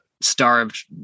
starved